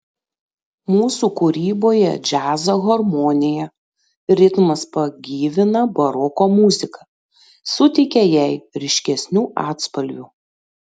mūsų kūryboje džiazo harmonija ritmas pagyvina baroko muziką suteikia jai ryškesnių atspalvių